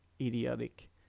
idiotic